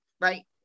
Right